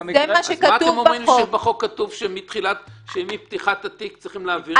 אז מה שאתם אומרים לי שמפתיחת התיק צריך להעביר את זה?